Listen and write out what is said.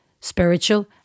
spiritual